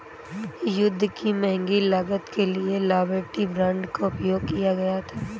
युद्ध की महंगी लागत के लिए लिबर्टी बांड का उपयोग किया गया था